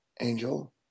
angel